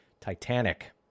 Titanic